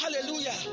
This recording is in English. hallelujah